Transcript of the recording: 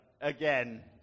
again